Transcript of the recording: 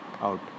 out